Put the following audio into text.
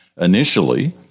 initially